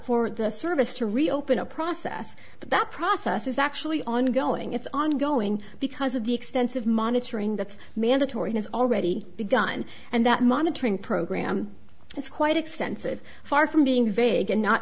for the service to reopen a process but that process is actually ongoing it's ongoing because of the extensive monitoring that's mandatory has already begun and that monitoring program is quite extensive far from being vague and not